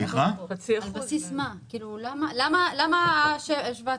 למה 7,000?